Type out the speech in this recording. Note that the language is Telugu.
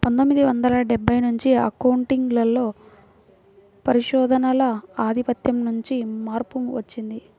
పందొమ్మిది వందల డెబ్బై నుంచి అకౌంటింగ్ లో పరిశోధనల ఆధిపత్యం నుండి మార్పు వచ్చింది